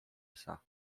psa